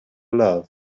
love